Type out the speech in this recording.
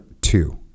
two